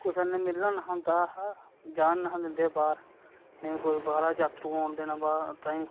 कुसै ने मिलना न हा होंदा हा जान निहा दिंदे बाह्र नेईं कोई बाह्रा जात्रू औन देना बा ताईं